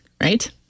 right